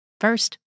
First